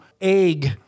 egg